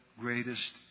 greatest